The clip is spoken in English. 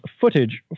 footage